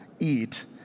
eat